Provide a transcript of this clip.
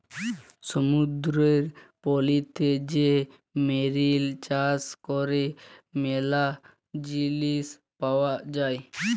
সমুদ্দুরের পলিতে যে মেরিল চাষ ক্যরে ম্যালা জিলিস পাওয়া যায়